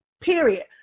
period